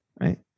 right